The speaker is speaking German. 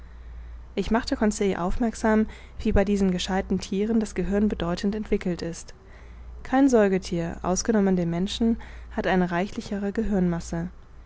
ich machte conseil aufmerksam wie bei diesen gescheiten thieren das gehirn bedeutend entwickelt ist kein säugethier ausgenommen den menschen hat eine reichlichere